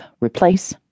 replace